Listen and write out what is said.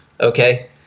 Okay